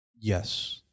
Yes